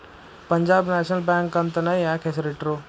Punjab national bank ಅಂತನ ಯಾಕ್ ಹೆಸ್ರಿಟ್ರು?